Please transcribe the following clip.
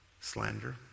Slander